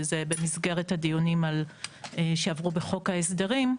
שזה במסגרת הדיונים שעברו בחוק ההסדרים.